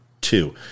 two